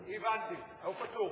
הבנתי, הוא פטור.